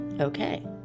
Okay